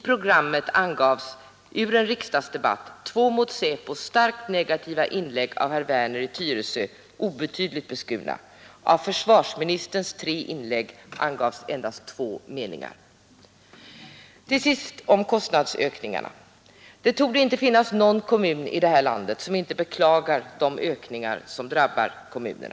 a. återgavs i programmet ur en riksdagsdebatt två mot SÄPO starkt negativa inlägg av herr Werner i Tyresö, obetydligt beskurna, och av försvarsministerns tre inlägg endast två meningar. Till sist något om kostnadsökningarna. Det torde inte finnas en kommun i det här landet som inte beklagar de kostnadsökningar som drabbat läromedlen.